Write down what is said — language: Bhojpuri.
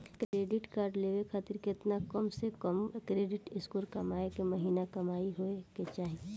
क्रेडिट कार्ड लेवे खातिर केतना कम से कम क्रेडिट स्कोर चाहे महीना के कमाई होए के चाही?